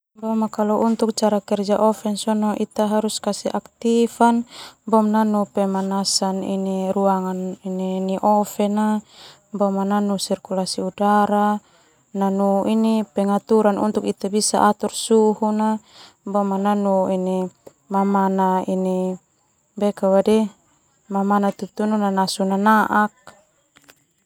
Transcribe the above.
Kalau untuk cara kerja oven sona ita harus kasih aktif nanu pemanasan ruangan oven, boma nanu sirkulasi udara, boma nanu atur suhu na mamana tutunu nanasu nanaak.